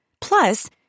Plus